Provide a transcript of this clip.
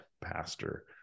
pastor